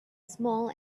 small